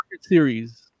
series